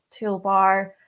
toolbar